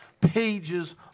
pages